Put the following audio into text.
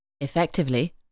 Effectively